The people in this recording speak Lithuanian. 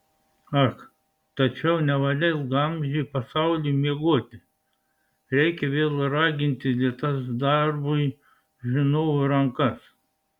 ak tačiau nevalia ilgaamžiui pasauliui miegoti reikia vėl raginti lėtas darbui žinovų rankas